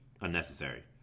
unnecessary